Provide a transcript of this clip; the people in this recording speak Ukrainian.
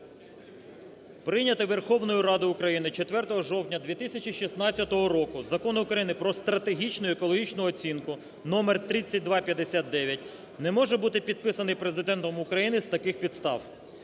Прийнятий Верховною Радою України 4 жовтня 2016 року Закону України "Про стратегічну і екологічну оцінку" (номер 3259) не може бути підписаний Президентом України з таких підстав.